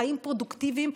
חיים פרודוקטיביים,